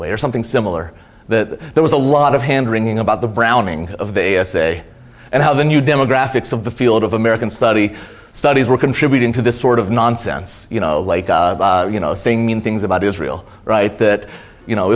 way or something similar that there was a lot of hand wringing about the browning of b s a and how the new demographics of the field of american study studies were contributing to this sort of nonsense you know you know saying mean things about israel right that you know